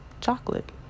Chocolate